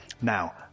Now